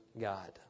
God